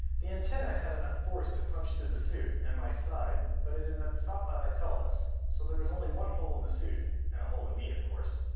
the antenna had enough force to punch through the suit and my side, but it um had been stopped by my pelvis, so there was only one hole in the suit and a hole in me, of course.